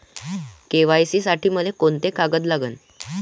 KYC साठी मले कोंते कागद लागन?